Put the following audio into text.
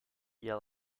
yell